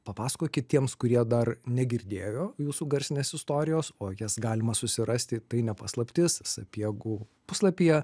papasakokit tiems kurie dar negirdėjo jūsų garsinės istorijos o jas galima susirasti tai ne paslaptis sapiegų puslapyje